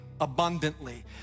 abundantly